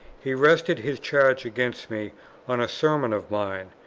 he rested his charge against me on a sermon of mine,